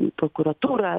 į prokuratūrą